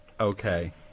Okay